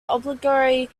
obligatory